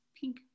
pink